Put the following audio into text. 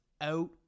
out